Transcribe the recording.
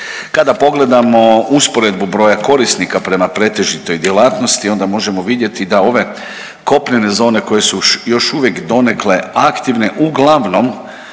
Kada pogledamo usporedbu broja korisnika prema pretežitoj djelatnosti onda možemo vidjeti da ove kopnene zone koje su još uvijek donekle aktivne uglavnom